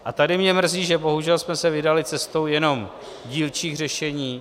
A tady mě mrzí, že bohužel jsme se vydali cestou jenom dílčích řešení.